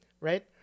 Right